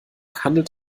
handelt